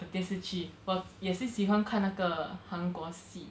的电视我也是喜欢看那个韩国戏